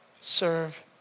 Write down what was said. serve